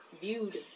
viewed